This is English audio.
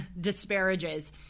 disparages